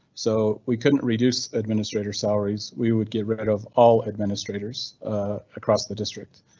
so we couldn't reduce administrator salaries. we would get rid of all administrators across the district.